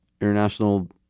international